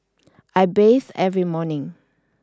I bathe every morning